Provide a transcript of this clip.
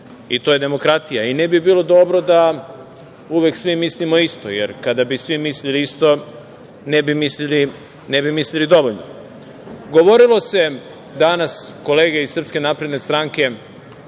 i to je demokratija i ne bi bilo dobro da uvek svim mislimo isto, jer kada bi svi mislili isto, ne bi mislili dovoljno. Govorilo se danas, kolege iz SNS, kolega